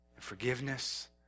Forgiveness